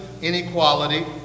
inequality